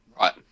Right